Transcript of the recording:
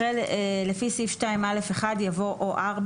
אחרי "לפי סעיף 2(א)(1)" יבוא "או (4),